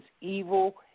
evil